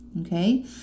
Okay